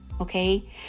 okay